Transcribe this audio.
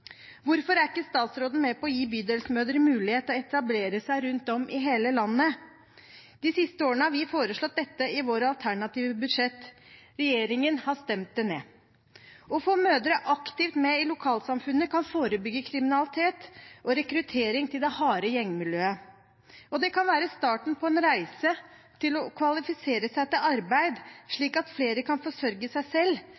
Hvorfor er ikke statsråden med på å gi Bydelsmødre mulighet til å etablere seg rundt om i hele landet? De siste årene har vi foreslått dette i våre alternative budsjett. Regjeringen har stemt det ned. Å få mødre aktivt med i lokalsamfunnet kan forebygge kriminalitet og rekruttering til det harde gjengmiljøet. Og det kan være starten på en reise for å kvalifisere seg til arbeid,